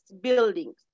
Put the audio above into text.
buildings